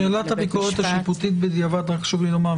שאלת הביקורת השיפוטית בדיעבד רק חשוב לי לומר,